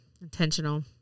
intentional